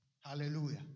Hallelujah